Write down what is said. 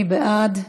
מי בעד?